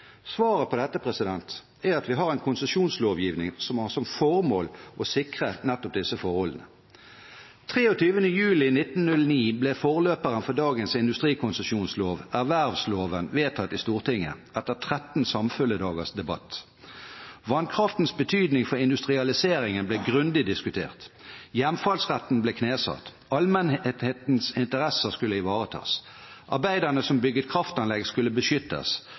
Svaret på dette er at vi har en konsesjonslovgivning som har som formål å sikre nettopp disse forholdene. Den 23. juli 1909 ble forløperen for dagens industrikonsesjonslov, ervervsloven, vedtatt i Stortinget etter 13 samfulle dagers debatt. Vannkraftens betydning for industrialiseringen ble grundig diskutert. Hjemfallsretten ble knesatt. Allmennhetens interesser skulle ivaretas. Arbeiderne som bygget kraftanlegg, skulle beskyttes.